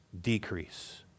Decrease